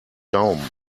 daumen